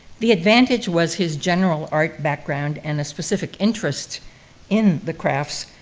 the advantage was his general art background and a specific interest in the crafts,